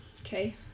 Okay